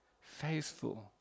faithful